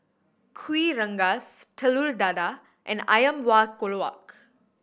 Kuih Rengas Telur Dadah and Ayam Buah Keluak